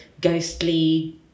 ghostly